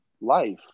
life